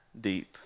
deep